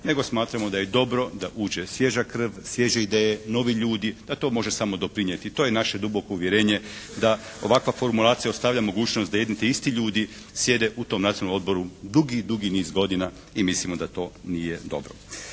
nego smatramo da je dobro da uđe svježa krv, svježe ideje, novi ljudi, da to može samo doprinijeti. To je naše duboko uvjerenje da ovakva formulacija ostavlja mogućnost da jedni te isti ljudi sjede u tom Nacionalnom odboru dugi, dugi niz godina i mislimo da to nije dobro.